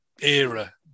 era